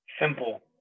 simple